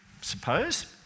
suppose